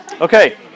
Okay